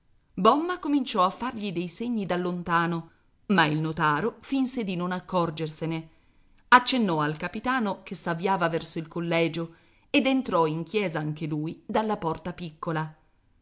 bomma cominciò a fargli dei segni da lontano ma il notaro finse di non accorgersene accennò al capitano che s'avviava verso il collegio ed entrò in chiesa anche lui dalla porta piccola